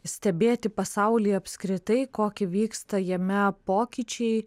stebėti pasaulį apskritai koki vyksta jame pokyčiai